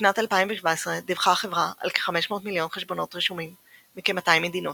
בשנת 2017 דיווחה החברה על כ־500 מיליון חשבונות רשומים מכ־200 מדינות.